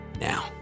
now